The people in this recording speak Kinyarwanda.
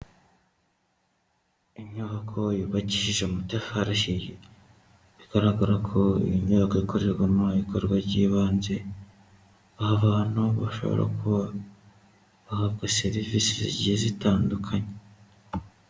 Inyubako yubakishije amatafari ahiye, bigaragara ko iyo nyubako ikorerwamo igikorwa cy'ibanze, aho abantu bashobora kuba bahabwa serivisi zigiye zitandukanye.